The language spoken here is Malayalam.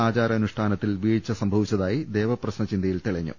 ആചാര അനുഷ്ഠാന ത്തിൽ വീഴ്ച സംഭവിച്ചതായി ദേവപ്രശ്ന ചിന്തയിൽ തെളിഞ്ഞു